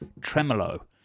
tremolo